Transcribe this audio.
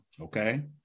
okay